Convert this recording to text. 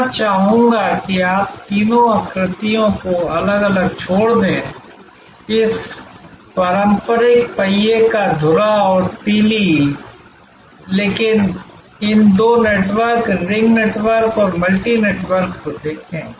और मैं चाहूंगा कि आप इन तीनों आकृतियों को अलग अलग छोड़ दें इस पारंपरिक पहिये का धुरा और तीली लेकिन इन दो नेटवर्क रिंग नेटवर्क और मल्टी नेटवर्क को देखें